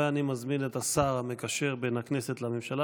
אני מזמין את השר המקשר בין הכנסת לממשלה